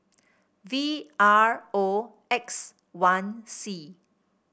V R O X one C